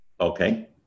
Okay